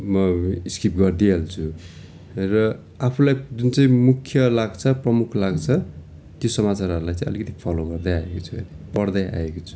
म स्किप गरिदिइहाल्छु र आफूलाई जुन चाहिँ मुख्य लाग्छ प्रमुख लाग्छ त्यो समाचारहरूलाई चाहिँ अलिकति फलो गर्दै आएको छु है पढ्दै आएको छु